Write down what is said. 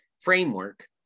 framework